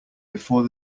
before